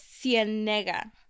Cienega